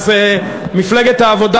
אז מפלגת העבודה